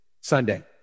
Sunday